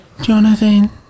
Jonathan